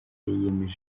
yiyemeza